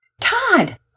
Todd